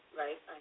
right